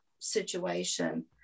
situation